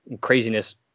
craziness